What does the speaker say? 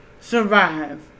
survive